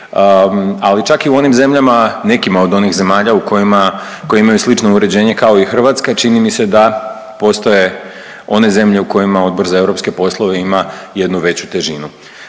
Ali čak i u onim zemljama, nekima od onih zemalja koje imaju slično uređenje kao i Hrvatska čini mi se da postoje one zemlje u kojima Odbor za EU poslove ima jednu veću težinu.